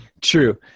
true